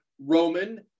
roman